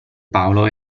paolo